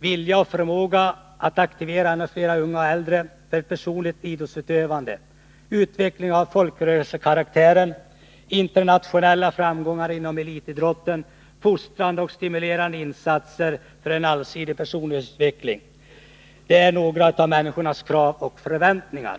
Vilja och förmåga att aktivera ännu fler unga och äldre för ett personligt idrottsutövande, utveckling av folkrörelsekaraktären, internationella framgångar inom elitidrotten, fostrande och stimulerande insatser för en allsidigt personlighetsutveckling är några av människornas krav och förväntningar.